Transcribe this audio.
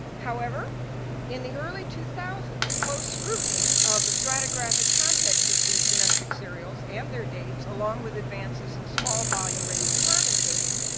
however in the early two thousand s close scrutiny of the stratigraphic context of these domestic cereals and their dates along with advances in small volume radiocarbon dating